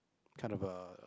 kind of uh